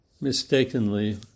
Mistakenly